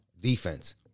Defense